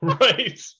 Right